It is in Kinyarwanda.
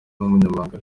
n’umunyamabanga